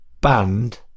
band